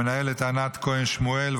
המנהלת ענת כהן שמואל,